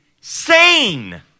sane